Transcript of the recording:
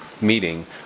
meeting